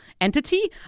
entity